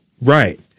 Right